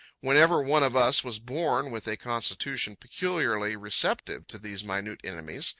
whenever one of us was born with a constitution peculiarly receptive to these minute enemies,